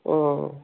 ಹ್ಞೂ